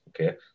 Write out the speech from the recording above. Okay